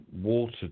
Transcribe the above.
water